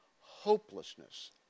hopelessness